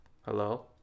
Hello